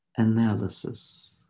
analysis